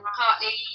partly